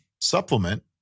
supplement